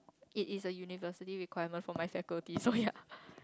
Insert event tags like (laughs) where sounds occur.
it is a university requirement for my faculty so ya (laughs)